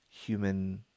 human